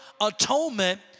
atonement